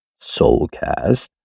Soulcast